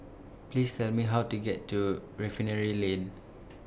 Please Tell Me How to get to Refinery Lane